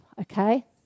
okay